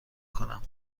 کنم